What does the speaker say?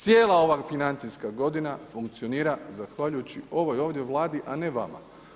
Cijela ova financijska godina funkcionira zahvaljujući ovoj ovdje vladi, a ne vama.